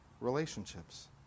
relationships